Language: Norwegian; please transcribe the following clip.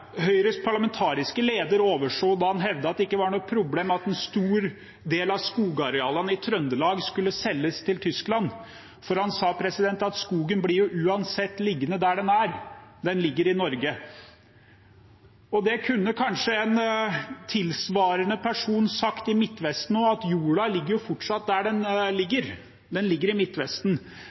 Høyres parlamentariske leder overså da han hevdet at det ikke var noe problem at en stor del av skogarealene i Trøndelag skulle selges til Tyskland, for han sa at skogen blir jo uansett liggende der den er – den ligger i Norge. Det kunne kanskje en tilsvarende person i Midtvesten ha sagt også – at jorda ligger fortsatt der den ligger, den ligger i